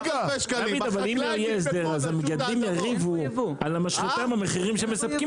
אבל אם יהיה הסדר אז המגדלים יריבו עם המשחטה על המחירים שהם מספקים